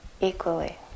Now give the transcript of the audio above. equally